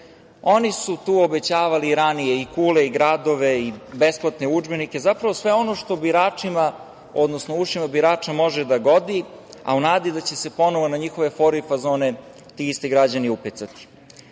Oni su tu obećavali ranije i kule i gradove i besplatne udžbenike, zapravo sve ono što ušima birača može da godi, a u nadi da će se ponovo na njihove fore i fazone ti isti građani upecati. Inače,